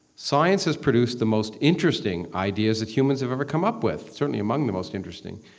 science has produced the most interesting ideas that humans have ever come up with, certainly among the most interesting.